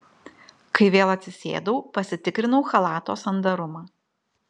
kai vėl atsisėdau pasitikrinau chalato sandarumą